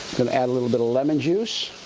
gonna add a little bit of lemon juice.